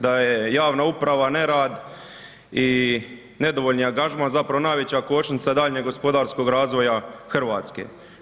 Da je javna uprava nerad i nedovoljni angažman zapravo najveća kočnica daljnjeg gospodarskog razvoja Hrvatske.